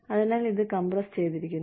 അതിനാൽ ഇത് കംപ്രസ് ചെയ്തിരിക്കുന്നു